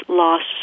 loss